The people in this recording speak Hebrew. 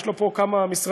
יש לו פה כמה משרדים,